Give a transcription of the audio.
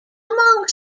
among